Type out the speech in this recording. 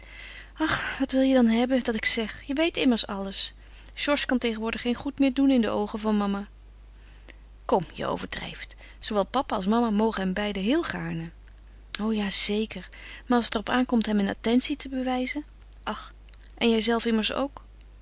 wat wil je dan hebben dat ik zeg je weet immers alles georges kan tegenwoordig geen goed meer doen in de oogen van mama kom je overdrijft zoowel papa als mama mogen hem beiden heel gaarne o ja zeker maar als het er op aankomt hem een attentie te bewijzen ach en jij zelf immers ook